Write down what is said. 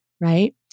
right